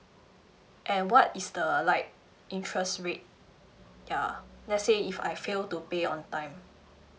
and what is the like interest rate ya let's say if I fail to pay on time